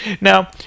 Now